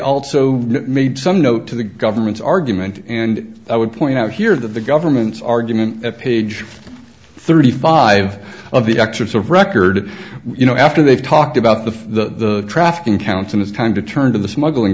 also made some note to the government's argument and i would point out here that the government's argument at page thirty five of excerpts of record you know after they've talked about the trafficking counts and it's time to turn to the smuggling